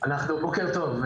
בוקר טוב.